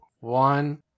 one